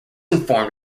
informed